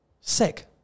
sick